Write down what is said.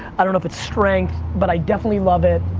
i don't know if it's strength but i definitely love it,